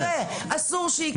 אסור שיקרה.